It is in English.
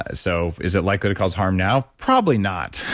ah so, is it likely to cause harm now? probably not.